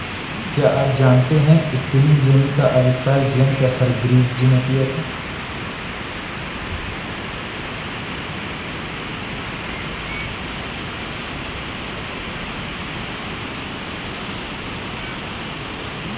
क्या आप जानते है स्पिनिंग जेनी का आविष्कार जेम्स हरग्रीव्ज ने किया?